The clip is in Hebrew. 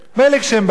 מילא כשהם באים,